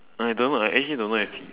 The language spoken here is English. I don't know I actually don't know